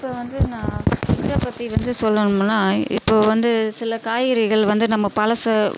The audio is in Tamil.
இப்போ வந்து நான் எதை பற்றி வந்து சொல்லணும்னால் இப்போது வந்து சில காய்கறிகள் வந்து நம்ம பழச